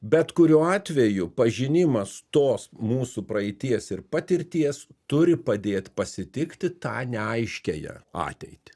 bet kuriuo atveju pažinimas tos mūsų praeities ir patirties turi padėt pasitikti tą neaiškiąją ateitį